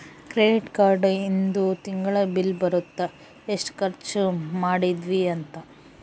credit card ಇಂದು ತಿಂಗಳ bill ಬರುತ್ತ ಎಸ್ಟ ಖರ್ಚ ಮದಿದ್ವಿ ಅಂತ